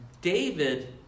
David